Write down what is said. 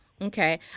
Okay